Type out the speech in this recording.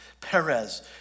Perez